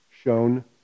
shown